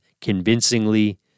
convincingly